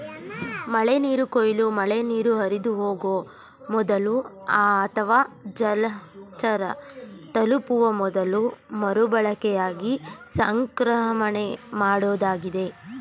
ಮಳೆನೀರು ಕೊಯ್ಲು ಮಳೆನೀರು ಹರಿದುಹೋಗೊ ಮೊದಲು ಅಥವಾ ಜಲಚರ ತಲುಪುವ ಮೊದಲು ಮರುಬಳಕೆಗಾಗಿ ಸಂಗ್ರಹಣೆಮಾಡೋದಾಗಿದೆ